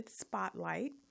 spotlight